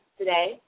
today